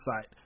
site